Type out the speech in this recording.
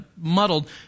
muddled